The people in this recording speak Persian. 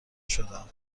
شدم